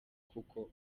kuko